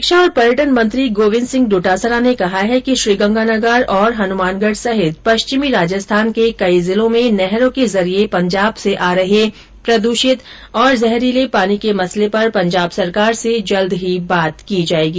शिक्षा और पर्यटन मंत्री गोविन्दसिंह डोटासरा ने कहा है कि श्रीगंगानगर हनुमानगढ़ सहित पश्चिमी राजस्थान के कई जिलों में नहरों के जरिये पंजाब से आ रहे प्रदूषित और जहरीले पानी के मसले पर पंजाब सरकार से जल्द ही बात की जायेगी